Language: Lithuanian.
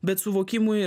bet suvokimui